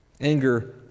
Anger